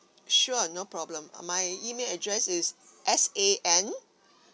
sure no problem uh my email address is S A N